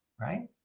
right